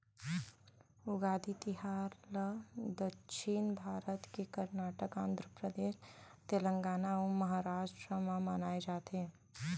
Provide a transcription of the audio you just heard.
उगादी तिहार ल दक्छिन भारत के करनाटक, आंध्रपरदेस, तेलगाना अउ महारास्ट म मनाए जाथे